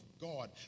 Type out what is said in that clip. God